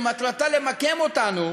שמטרתה למקם אותנו